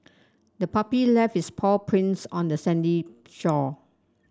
the puppy left its paw prints on the sandy shore